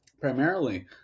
primarily